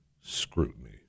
scrutiny